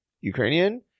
Ukrainian